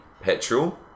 petrol